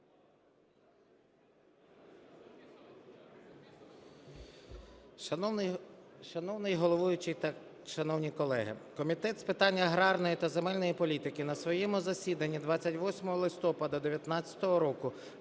Шановний головуючий та шановні колеги, Комітет з питань аграрної та земельної політики на своєму засіданні 28 листопада 19-го року